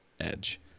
Edge